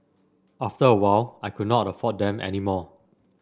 after a while I could not afford them any more